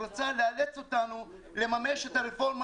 הוא רצה לאלץ אותנו לממש את הרפורמה